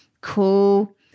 Cool